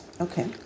Okay